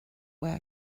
where